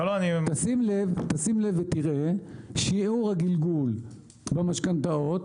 תשים לב ותראה, שיעור הגלגול במשכנתאות